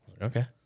Okay